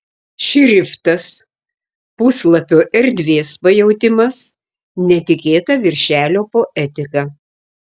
šriftas puslapio erdvės pajautimas netikėta viršelio poetika